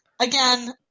Again